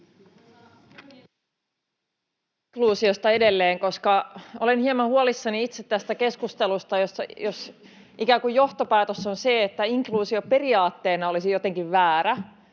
inkluusiosta edelleen, koska olen hieman huolissani itse tästä keskustelusta, jossa ikään kuin johtopäätös on se, että inkluusio periaatteena olisi jotenkin väärä: